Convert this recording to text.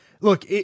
look